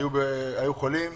היו חולים,